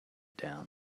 down